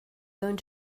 going